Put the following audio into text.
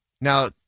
Now